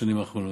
בשנים האחרונות,